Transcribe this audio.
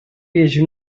llegir